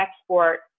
export